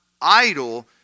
idle